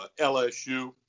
LSU